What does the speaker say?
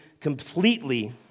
completely